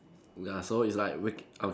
ya so it's like waking okay